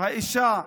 האישה שמח.